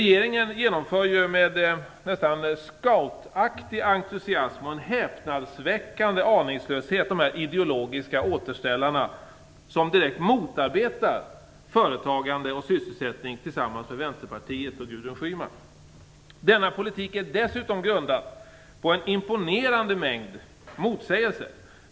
Gudrun Schyman, genomför med en nästan scoutaktig entusiasm och en häpnadsväckande aningslöshet dessa ideologiska återställare som direkt motarbetar företagande och sysselsättning. Denna politik är dessutom grundad på en imponerande mängd motsägelser.